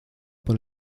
por